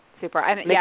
Super